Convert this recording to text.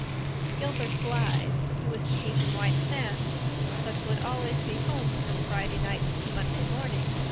gilbert blythe, who was to teach in white sands but would always be home from friday night to monday morning,